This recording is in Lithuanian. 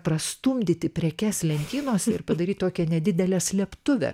prastumdyti prekes lentynose ir padaryti tokią nedidelę slėptuvę